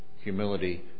humility